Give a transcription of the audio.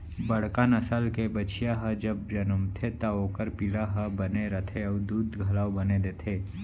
बड़का नसल के बछिया ह जब जनमथे त ओकर पिला हर बने रथे अउ दूद घलौ बने देथे